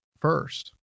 first